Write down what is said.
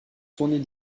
tournée